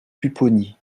pupponi